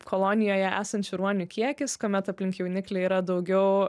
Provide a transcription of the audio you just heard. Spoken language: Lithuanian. kolonijoje esančių ruonių kiekis kuomet aplink jauniklį yra daugiau